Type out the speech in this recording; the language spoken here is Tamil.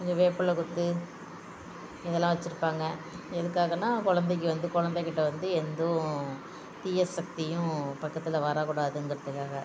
கொஞ்சம் வேப்பல கொத்து இதெல்லாம் வச்சிருப்பாங்க எதுக்காகன்னா குழந்தைக்கி வந்து குழந்த கிட்ட வந்து எந்தும் தீய சக்தியும் பக்கத்தில் வர கூடாதுங்குறதுக்காக